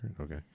Okay